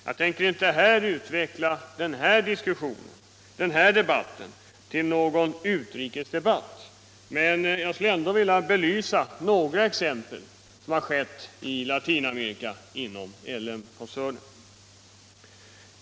Jag tänker inte utveckla den här diskussionen till någon utrikesdebatt, men jag skulle vilja ta upp några exempel på vad som skett i Latinamerika inom LM Ericsson-koncernen.